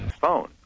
Phone